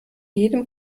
jedem